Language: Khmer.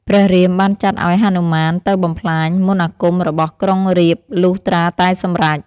ព្រះរាមបានចាត់ឱ្យហនុមានទៅបំផ្លាញ មន្តអាគមរបស់ក្រុងរាពណ៍លុះត្រាតែសម្រេច។